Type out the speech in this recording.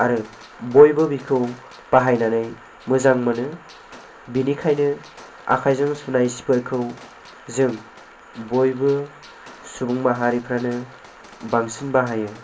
आरो बयबो बिखौ बाहायनानै मोजां मोनो बेनिखायनो आखाइजों सुनाय सिफोरखौ जों बयबो सुबुं माहारिफ्रानो बांसिन बाहायो